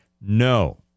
No